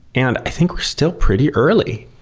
and i think we're still pretty early.